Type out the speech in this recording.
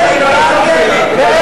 מה,